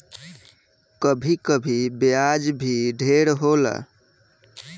कभी कभी ब्याज भी ढेर होला